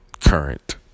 current